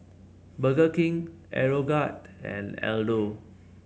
Burger King Aeroguard and Aldo